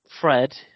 Fred